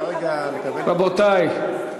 רבותי,